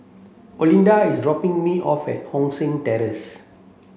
Olinda is dropping me off at Hong San Terrace